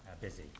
busy